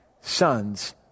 sons